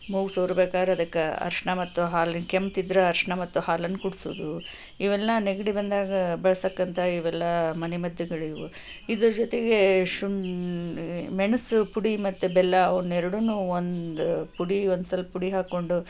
ಮೂಗು ಸೋರ ಬೇಕಾದ್ರೆ ಅದ್ಕೆ ಅರಿಶಿನ ಮತ್ತು ಹಾಲಿನ ಕೆಮ್ಮ್ತಿದ್ರೆ ಅರಿಶಿನ ಮತ್ತ ಹಾಲನ್ನ ಕುಡ್ಸೋದು ಇವೆಲ್ಲ ನೆಗಡಿ ಬಂದಾಗ ಬಳಸ್ತಕ್ಕಂಥ ಇವೆಲ್ಲ ಮನೆ ಮದ್ದುಗಳಿವು ಇದರ ಜೊತೆಗೆ ಶುನ್ ಮೆಣಸು ಪುಡಿ ಮತ್ತು ಬೆಲ್ಲ ಅವನ್ನೆರಡನ್ನೂ ಒಂದು ಪುಡಿ ಒಂದು ಸ್ವಲ್ಪ ಪುಡಿ ಹಾಕ್ಕೊಂಡು